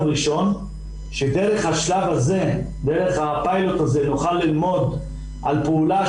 לכן זה חלק מהסיבות וחלק מהדברים אנחנו